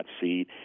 seed